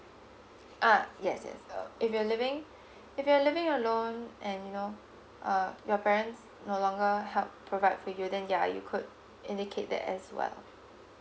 ah yes yes uh if you are living if you are living alone and you know uh your parents no longer help provide for you then ya you could indicate that as well